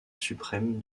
suprême